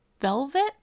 velvet